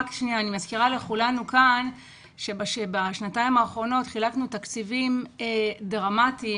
אני מזכירה לכולנו שבשנתיים האחרונות חילקנו תקציבים דרמטיים,